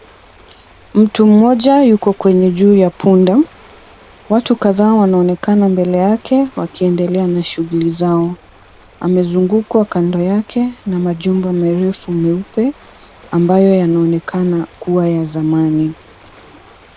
Mtu mmoja yuko kwenye juu ya punda. Watu kadhaa wanaonekana mbele yake wakiendelea na shughuli zao. Amezungukwa kando yake na majumba marefu meupe ambaye yanaonekana kuwa ya zamani.